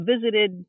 visited